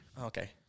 Okay